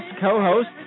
co-host